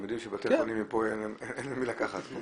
הם יודעים שבבתי החולים פה אין ממי לקחת.